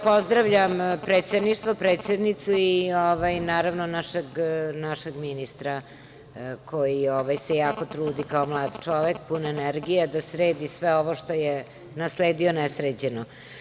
Pozdravljam predsedništvo, predsednicu i našeg ministra koji se jako trudi, kao mlad čovek, pun energije, da sredi sve ovo što je nasledio nesređeno.